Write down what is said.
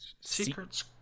Secret's